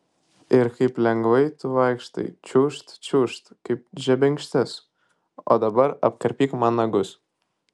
ir kaip lengvai tu vaikštai čiūžt čiūžt kaip žebenkštis o dabar apkarpyk man nagus